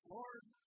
Lord